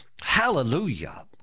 hallelujah